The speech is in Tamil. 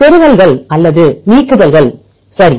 செருகல்கள் அல்லது நீக்குதல் சரி